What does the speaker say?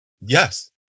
Yes